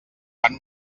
fan